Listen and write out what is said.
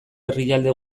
herrialde